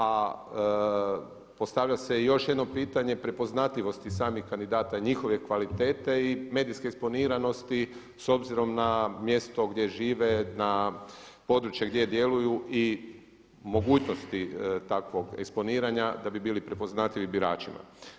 A postavlja se i još jedno pitanje prepoznatljivosti samih kandidata i njihove kvalitete i medijske eksponiranosti s obzirom na mjesto gdje žive, na područje gdje djeluju i mogućnosti takvog eksponiranja da bi bili prepoznatljivi biračima.